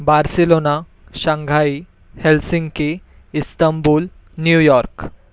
Barcelona Shanghai Helsinki Istanbul New York